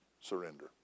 surrender